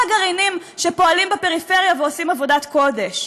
הגרעינים שפועלים בפריפריה ועושים עבודת קודש.